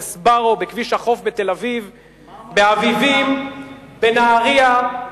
ב"סבארו", בכביש החוף בתל-אביב, באביבים, בנהרייה,